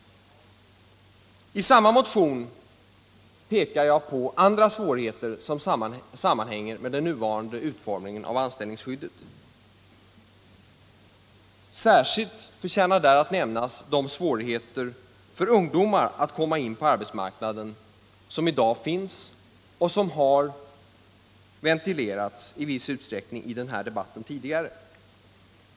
I samma motion pekar jag på andra svårigheter som sammanhänger med den nuvarande utformningen av anställningsskyddet. Särskilt förtjänar att nämnas de svårigheter för ungdomar att komma in på arbetsmarknaden som i dag finns och som har ventilerats i viss utsträckning i den här debatten tidigare.